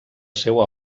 seua